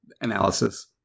analysis